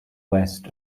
west